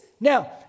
Now